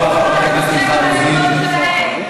חברת הכנסת מיכל רוזין.